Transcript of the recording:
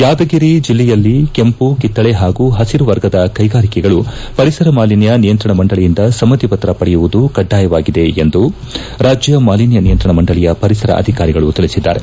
ಯಾದಗಿರಿ ಜಿಲ್ಲೆಯಲ್ಲಿ ಕೆಂಪು ಕಿತ್ತಳೆ ಹಾಗೂ ಪಸಿರು ವರ್ಗದ ಕೈಗಾರಿಕೆಗಳು ಪರಿಸರ ಮಾಲಿನ್ನ ನಿಯಂತ್ರಣ ಮಂಡಳಿಯಿಂದ ಸಮ್ನಿ ಪತ್ರ ಪಡೆಯುವುದು ಕಡ್ಡಾಯವಾಗಿದೆ ಎಂದು ರಾಜ್ಯ ಮಾಲಿನ್ಯ ನಿಯಂತ್ರಣ ಮಂಡಳಿಯ ಪರಿಸರ ಅಧಿಕಾರಿಗಳು ತಿಳಿಸಿದ್ದಾರೆ